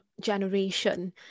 generation